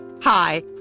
Hi